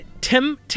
tim